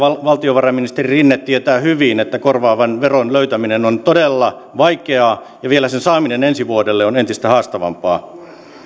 valtiovarainministeri rinne tietää hyvin että korvaavan veron löytäminen on todella vaikeaa ja vielä sen saaminen ensi vuodelle on entistä haastavampaa